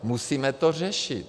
Musíme to řešit.